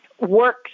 work